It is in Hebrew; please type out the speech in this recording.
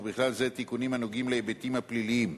ובכלל זה תיקונים הנוגעים להיבטים הפליליים.